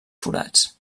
forats